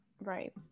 right